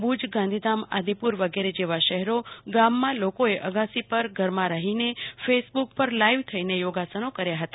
ભુજ ગાંધીધામ આદિપુર વગેરે જેવા શહેરો ગામમાં લકોએ અગાસીપર ઘરમાં રહીને ફેસબુક પર લાઈવ થઈને યોગાસન કર્યા હતા